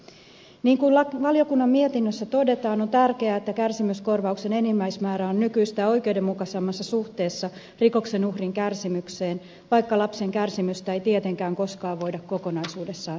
niin kuin valiokunnan mietinnössä todetaan on tärkeää että kärsimyskorvauksen enimmäismäärä on nykyistä oikeudenmukaisemmassa suhteessa rikoksen uhrin kärsimykseen vaikka lapsen kärsimystä ei tietenkään koskaan voida kokonaisuudessaan korvata rahalla